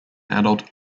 adult